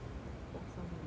for some reason